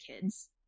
kids